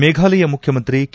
ಮೇಫಾಲಯ ಮುಖ್ಚಿಮಂತ್ರಿ ಕೆ